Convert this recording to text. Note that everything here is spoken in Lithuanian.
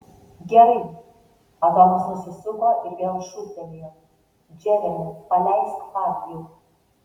gerai adomas nusisuko ir vėl šūktelėjo džeremi paleisk fabijų